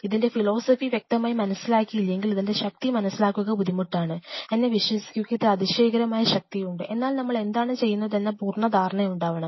ഇതിൻറെ ഫിലോസഫി വ്യക്തമായി മനസ്സിലാക്കിയില്ലെങ്കിൽ ഇതിൻറെ ശക്തി മനസ്സിലാക്കുക ബുദ്ധിമുട്ടാണ് എന്നെ വിശ്വസിക്കുക ഇതിൽ അതിശയകരമായ ശക്തിയുണ്ട് എന്നാൽ നമ്മൾ എന്താണ് ചെയ്യുന്നതെന്ന പൂർണ്ണ ധാരണ ഉണ്ടാവണം